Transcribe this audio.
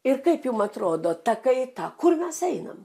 ir kaip jum atrodo ta kaita kur mes einam